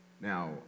now